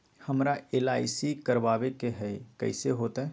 हमरा एल.आई.सी करवावे के हई कैसे होतई?